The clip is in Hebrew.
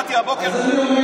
אמרתי כלום.